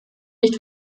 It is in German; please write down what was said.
nicht